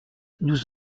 nous